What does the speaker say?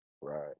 Right